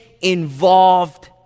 involved